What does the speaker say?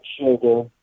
sugar